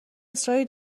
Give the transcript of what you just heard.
اصراری